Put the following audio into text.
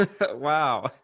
Wow